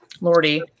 lordy